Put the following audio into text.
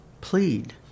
Plead